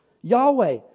Yahweh